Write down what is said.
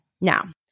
Now